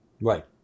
Right